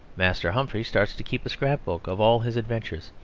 master humphrey starts to keep a scrap-book of all his adventures,